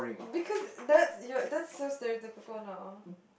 because that's that's so stereotypical now